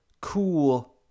cool